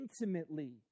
intimately